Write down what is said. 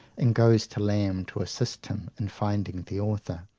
and goes to lamb to assist him in finding the author.